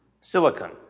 silicon